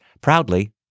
Proudly